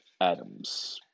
Adams